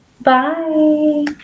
Bye